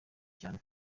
cyane